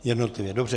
Jednotlivě, dobře.